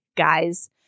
guys